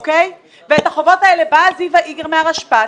ואת החובות האלה באה זיוה איגר מהרשפ"ת